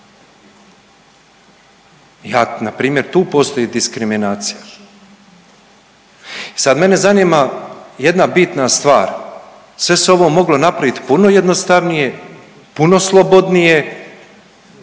Ja, npr. tu postoji diskriminacija. I sad mene zanima jedna bitna stvar, sve se ovo moglo napravit puno jednostavnije, puno slobodnije